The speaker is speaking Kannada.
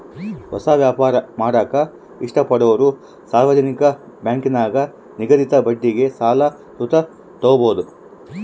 ಹೊಸ ವ್ಯಾಪಾರ ಮಾಡಾಕ ಇಷ್ಟಪಡೋರು ಸಾರ್ವಜನಿಕ ಬ್ಯಾಂಕಿನಾಗ ನಿಗದಿತ ಬಡ್ಡಿಗೆ ಸಾಲ ಸುತ ತಾಬೋದು